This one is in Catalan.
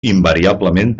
invariablement